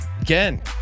Again